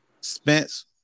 Spence